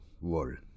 world